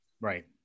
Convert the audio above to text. Right